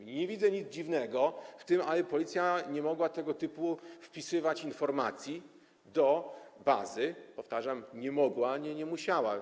I nie widzę nic dziwnego w tym, aby Policja mogła tego typu wpisywać informacji do bazy, powtarzam, mogła, a nie musiała.